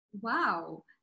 Wow